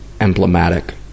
emblematic